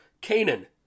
Canaan